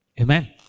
Amen